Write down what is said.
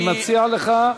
אני מציע לך: